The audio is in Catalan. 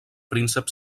príncep